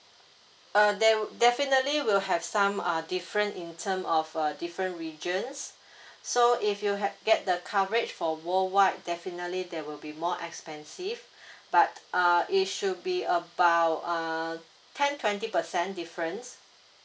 err there will definitely will have some err different in term of a different regions so if you have get the coverage for worldwide definitely there will be more expensive but err it should be about err ten twenty percent difference